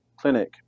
clinic